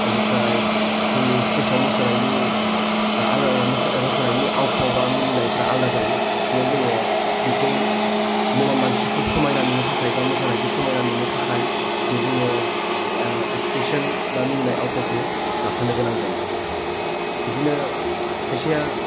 बेनिफ्राय जोंनि स्थेजआव मोसानायनि आव फाव बा मिनिनायफोरा आलादा जायो बेयाव जोङो बेखौ मुवा मानसिखौ समायना नुनो थाखाय बा मोसानायखौ समायना नुनो थाखाय बे जोङो एक्सप्रेस'न बा मिनिनाय आव फावखौ लाफानो गोनां जायो बिदिनो खायसेया